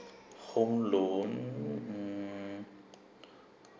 home loan mm